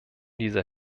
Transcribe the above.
dieser